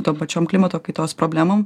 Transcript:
tom pačiom klimato kaitos problemom